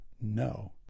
no